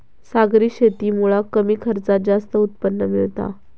सागरी शेतीमुळा कमी खर्चात जास्त उत्पन्न मिळता